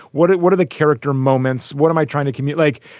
what what are the character moments? what am i trying to commute like?